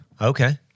Okay